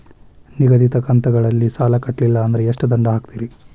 ನಿಗದಿತ ಕಂತ್ ಗಳಲ್ಲಿ ಸಾಲ ಕಟ್ಲಿಲ್ಲ ಅಂದ್ರ ಎಷ್ಟ ದಂಡ ಹಾಕ್ತೇರಿ?